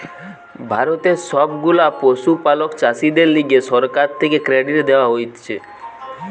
ভারতের সব গুলা পশুপালক চাষীদের লিগে সরকার থেকে ক্রেডিট দেওয়া হতিছে